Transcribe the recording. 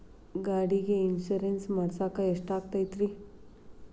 ಗಾಡಿಗೆ ಇನ್ಶೂರೆನ್ಸ್ ಮಾಡಸಾಕ ಎಷ್ಟಾಗತೈತ್ರಿ?